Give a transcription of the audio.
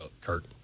Kurt